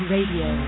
Radio